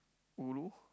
ulu